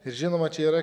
ir žinoma čia yra